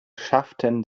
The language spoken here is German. schafften